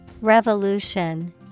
Revolution